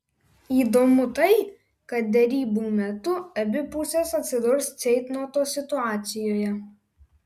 įdomu tai kad derybų metu abi pusės atsidurs ceitnoto situacijoje